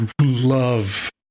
love